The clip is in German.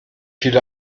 viele